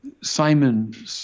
Simon